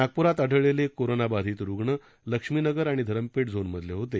नागप्रात आढळलेले कोरोना बाधित रुग्ण लक्ष्मीनगर आणि धरमपेठ झोनमधील होते